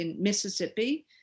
Mississippi